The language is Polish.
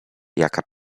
jaka